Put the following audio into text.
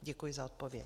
Děkuji za odpověď.